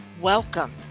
Welcome